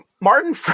Martin